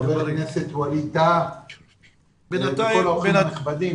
חבר הכנסת ווליד טאהא וכל האורחים הנכבדים.